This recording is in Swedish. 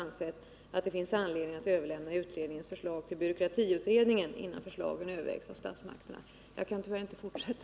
ansett att det finns anledning att överlämna utredningens förslag till byråkratiutredningen innan förslagen övervägs av statsmakterna.